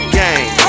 game